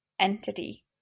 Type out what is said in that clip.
entity